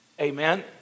Amen